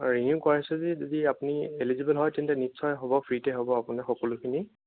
অঁ ৰিনিউ কৰাইছে যদি আপুনি এলিজিব'ল হয় তেন্তে নিশ্চয় হ'ব ফ্ৰীতে হ'ব আপোনাৰ সকলোখিনি